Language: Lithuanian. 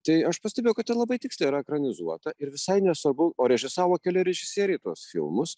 tai aš pastebėjau kad ten labai tiksliai yra ekranizuota ir visai nesvarbu o režisavo keli režisieriai tuos filmus